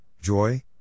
joy